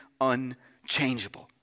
unchangeable